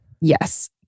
Yes